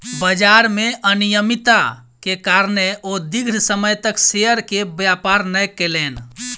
बजार में अनियमित्ता के कारणें ओ दीर्घ समय तक शेयर के व्यापार नै केलैन